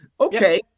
Okay